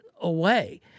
away